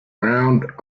round